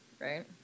right